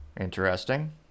Interesting